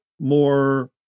more